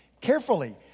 Carefully